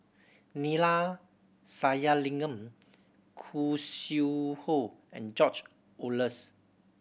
Neila Sathyalingam Khoo Sui Hoe and George Oehlers